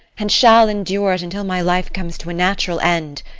and shall endure it until my life comes to a natural end.